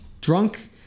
Drunk